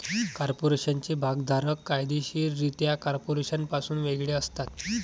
कॉर्पोरेशनचे भागधारक कायदेशीररित्या कॉर्पोरेशनपासून वेगळे असतात